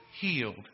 healed